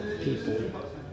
people